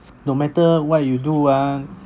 no matter what you do ah